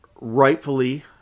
rightfully